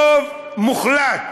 רוב מוחלט